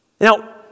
Now